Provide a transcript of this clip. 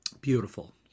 beautiful